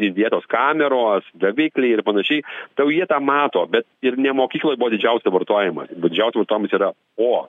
vietos kameros davikliai ir panašiai tai jau jie tą mato bet ir ne mokykloj buvo didžiausio vartojimas didžiausias vartojimas yra o